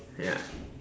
ya